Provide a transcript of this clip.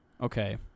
Okay